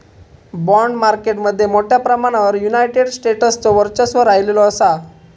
bond market मध्ये मोठ्या प्रमाणावर युनायटेड स्टेट्सचो वर्चस्व राहिलेलो असा